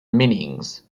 meanings